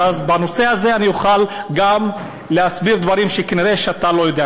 ובנושא הזה אוכל גם להסביר דברים שכנראה אתה לא יודע,